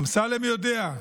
אמסלם יודע,